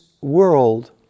world